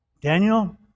Daniel